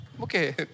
okay